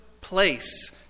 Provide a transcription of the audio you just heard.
place